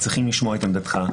צריכים לשמוע את עמדתך,